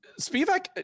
Spivak